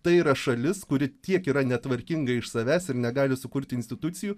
tai yra šalis kuri tiek yra netvarkinga iš savęs ir negali sukurti institucijų